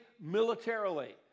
militarily